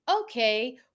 okay